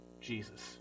Jesus